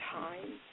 time